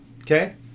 Okay